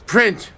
Print